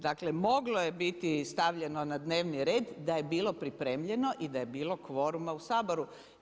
Dakle, moglo je biti stavljeno na dnevni red da je bilo pripremljeno i da je bilo kvoruma u Saboru.